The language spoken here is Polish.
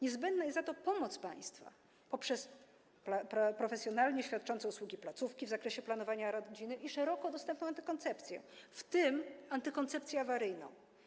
Niezbędna jest za to pomoc państwa poprzez profesjonalnie świadczące usługi placówki w zakresie planowania rodziny i szeroko dostępną antykoncepcję, w tym antykoncepcję awaryjną.